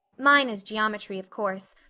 mine is geometry of course,